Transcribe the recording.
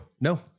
No